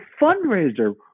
fundraiser